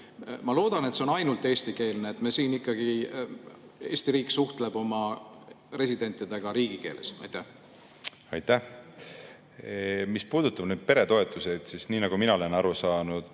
ma loodan, et see on ainult eestikeelne, et Eesti riik suhtleb oma residentidega riigikeeles. Aitäh! Mis puudutab peretoetusi, siis nagu mina olen aru saanud,